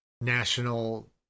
national